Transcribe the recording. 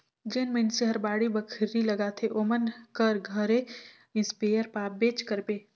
जेन मइनसे हर बाड़ी बखरी लगाथे ओमन कर घरे इस्पेयर पाबेच करबे